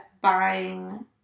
buying